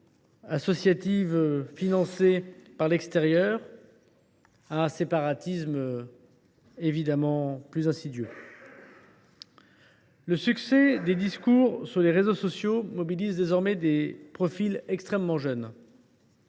associatives financées par l’extérieur à un séparatisme plus insidieux. Le succès de ces discours sur les réseaux sociaux mobilise désormais des profils extrêmement jeunes